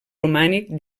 romànic